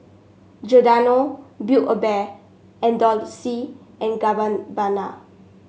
Giordano Build A Bear and Dolce and Gabbana